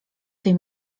tej